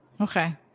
Okay